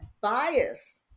bias